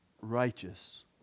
righteous